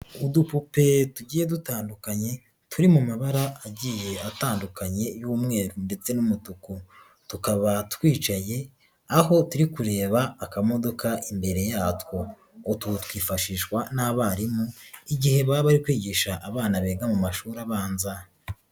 Udupupe tugiye dutandukanye turi mu mabara agiye atandukanye y'umweru ndetse n'umutuku, tukaba twicaye aho turi kureba akamodoka imbere yatwo, utwo twifashishwa n'abarimu igihe baba bari kwigisha abana biga mu mashuri abanza.